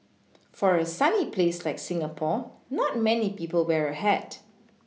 for a sunny place like Singapore not many people wear a hat